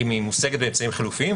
האם היא מושגת באמצעים חלופיים?